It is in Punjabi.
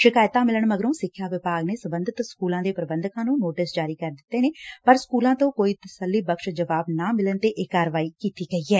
ਸ਼ਿਕਾਇਤਾਂ ਮਿਲਣ ਮਗਰੋ ਸਿੱਖਿਆ ਵਿਭਾਗ ਨੇ ਸਬੰਧਤ ਸਕੁਲਾਂ ਦੇ ਪ੍ਰਬੰਧਕਾਂ ਨੂੰ ਨੋਟਿਸ ਜਾਰੀ ਕੀਤੇ ਗਏ ਪਰ ਸਕੁਲਾਂ ਤੋਂ ਕੋਈ ਤਸੱਲੀਬਖਸ਼ ਜਵਾਬ ਨਾ ਮਿਲਣ ਤੇ ਇਹ ਕਾਰਵਾਈ ਕੀਤੀ ਗਈ ਐ